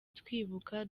twibuka